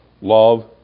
love